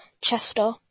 Chester